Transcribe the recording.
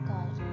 God